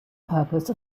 purpose